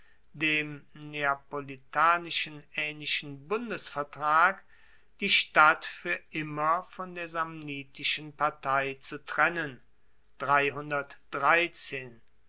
dem neapolitanischen aehnlichen bundesvertrag die stadt fuer immer von der samnitischen partei zu trennen